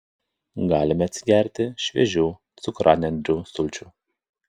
galime atsigerti šviežių cukranendrių sulčių